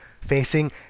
facing